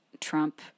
Trump